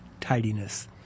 tidiness